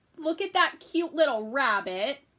look at that cute little rabbit!